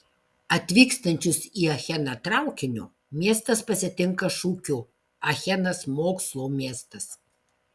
atvykstančius į acheną traukiniu miestas pasitinka šūkiu achenas mokslo miestas